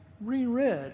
reread